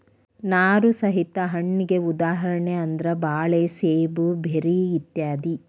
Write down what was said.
ನಾರು ಸಹಿತ ಹಣ್ಣಿಗೆ ಉದಾಹರಣೆ ಅಂದ್ರ ಬಾಳೆ ಸೇಬು ಬೆರ್ರಿ ಇತ್ಯಾದಿ